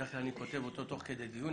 בדרך כלל אני כותב אותו תוך כדי דיון.